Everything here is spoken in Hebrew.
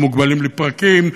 או מוגבלים לפרקים,